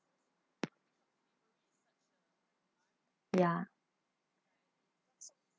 ya